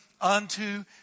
unto